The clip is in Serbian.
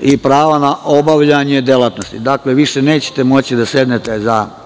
i prava na obavljanje delatnosti. Dakle, više nećete moći da sednete za